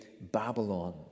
Babylon